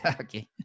Okay